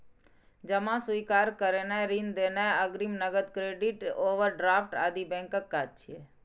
जमा स्वीकार करनाय, ऋण देनाय, अग्रिम, नकद, क्रेडिट, ओवरड्राफ्ट आदि बैंकक काज छियै